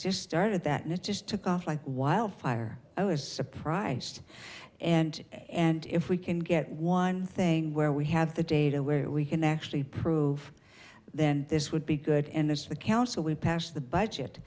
just started that and it just took off like wildfire i was surprised and and if we can get one thing where we have the data where we can actually prove then this would be good and this is the council we passed the budget